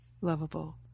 lovable